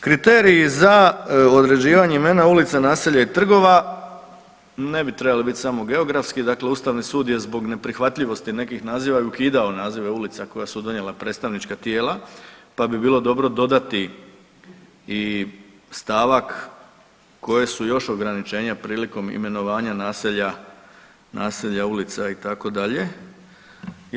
Kriteriji za određivanje imena ulica, naselja i trgova ne bi trebali bit samo geografski, dakle ustavni sud je zbog neprihvatljivosti nekih naziva i ukidao nazive ulica koja su donijela predstavnička tijela, pa bi bilo dobro dodati i stavak koja su još ograničenja prilikom imenovanja naselja, naselja ulica itd.